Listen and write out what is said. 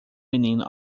menino